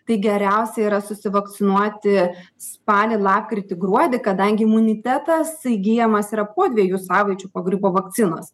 tai geriausia yra susivakcinuoti spalį lapkritį gruodį kadangi imunitetas įgyjamas yra po dviejų savaičių po gripo vakcinos